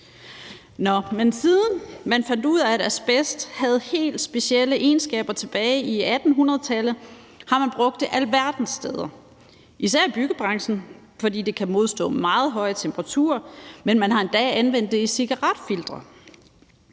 i 1800-tallet fandt ud af, at asbest havde helt specielle egenskaber, har man brugt det alverdens steder, især i byggebranchen, fordi det kan modstå meget høje temperaturer, men man har endda anvendt det i cigaretfiltre.